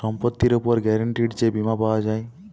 সম্পত্তির উপর গ্যারান্টিড যে বীমা পাওয়া যায়